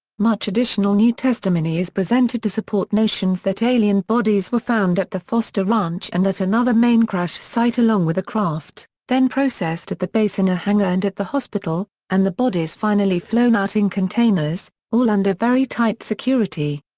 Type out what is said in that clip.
much additional new testimony is presented to support notions that alien bodies were found at the foster ranch and at another another main crash site along with a craft, then processed at the base in a hangar and at the hospital, and the bodies finally flown out in containers, all under very tight security.